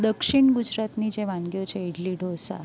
દક્ષિણ ગુજરાતની જે વાનગીઓ છે ઇડલી ઢોંસા